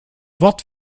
wort